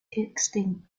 extinct